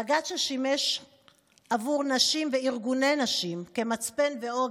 בג"ץ שימש עבור נשים וארגוני נשים כמצפן ועוגן,